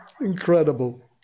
incredible